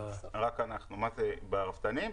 ברפתנים?